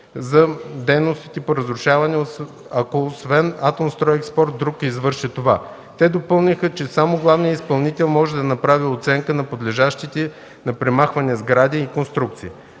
за дейностите по разрушаването, ако освен „Атомстройекспорт” друг извърши това. Те допълниха, че само главният изпълнител може да направи оценка на подлежащите на премахване сгради и конструкции.